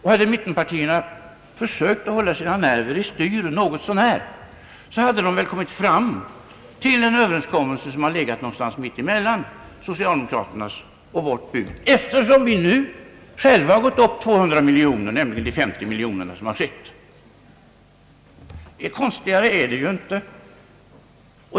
Hade mittenpartierna försökt att hålla sina nerver i styr något så när, hade de väl kunnat komma till en överenskommelse som legat någonstans mitt emellan socialdemokraternas och sitt eget bud, eftersom vi nu föreslagit en höjning med 200 miljoner kronor, nämligen med 50 miljoner kronor per år under fyraårsperioden. Konstigare är det inte!